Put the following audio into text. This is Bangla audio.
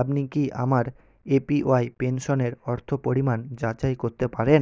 আপনি কি আমার এ পি ওয়াই পেনশনের অর্থ পরিমাণ যাচাই করতে পারেন